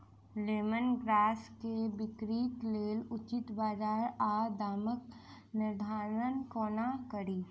Lemon grass केँ बिक्रीक लेल उचित बजार आ दामक निर्धारण कोना कड़ी?